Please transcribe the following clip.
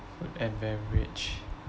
food and beverage